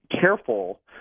careful